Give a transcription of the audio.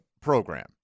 program